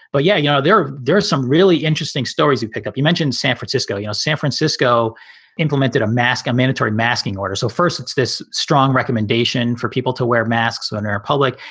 but, yeah, you know, there there's some really interesting stories you pick up. you mentioned san francisco. you know, san francisco implemented a mask, a mandatory masking order. so first, it's this strong recommendation for people to wear masks on our public.